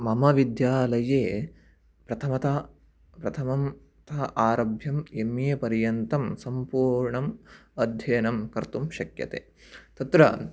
मम विद्यालये प्रथमतः प्रथमतः आरभ्य एम् ए पर्यन्तं सम्पूर्णम् अध्ययनं कर्तुं शक्यते तत्र